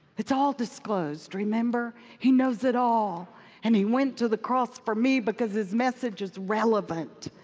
it's all disclosed, remember? he knows it all and he went to the cross for me, because his message is relevant.